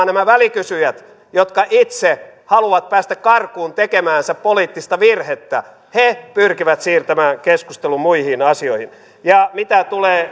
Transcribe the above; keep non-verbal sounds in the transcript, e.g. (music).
(unintelligible) nämä välikysyjät jotka itse haluavat päästä karkuun tekemäänsä poliittista virhettä he pyrkivät siirtämään keskustelun muihin asioihin ja mitä tulee (unintelligible)